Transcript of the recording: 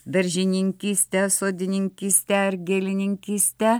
daržininkyste sodininkyste ar gėlininkyste